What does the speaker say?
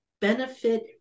benefit